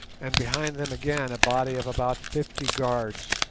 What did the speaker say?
and behind them again a body of about fifty guards.